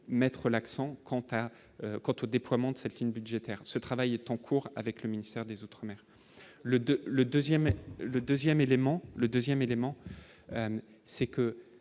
mettre l'accent quant à quant au déploiement de cette ligne budgétaire, ce travail est en cours avec le ministère des Outre-mer le de le 2ème, le 2ème élément, le 2ème élément, c'est que,